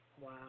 Wow